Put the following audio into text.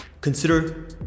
consider